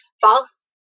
False